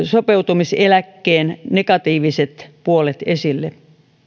sopeutumiseläkkeen negatiiviset puolet esille